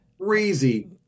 Crazy